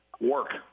Work